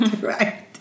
right